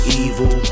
evil